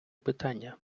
питання